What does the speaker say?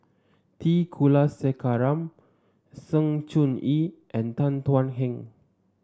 T Kulasekaram Sng Choon Yee and Tan Thuan Heng